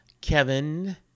Kevin